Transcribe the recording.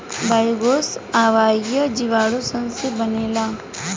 biogas अवायवीय जीवाणु सन से बनेला